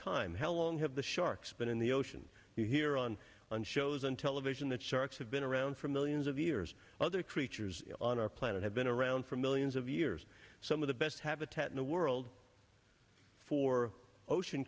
time how long have the sharks been in the ocean here on on shows on television that sharks have been around for millions of years other creatures on our planet have been around for millions of years some of the best habitat in the world for ocean